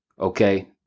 Okay